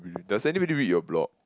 really does anybody read your blog